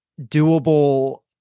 doable